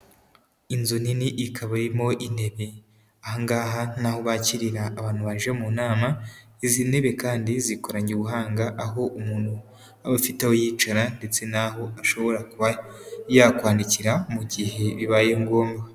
Inzu nini ikaba irimo intebe, aha ngaha ni aho bakirira abantu baje mu nama, izi ntebe kandi zikoranye ubuhanga aho umuntu aba afite aho yicara ndetse n'aho ashobora kuba yakwandikira mu gihe bibaye ngombwa.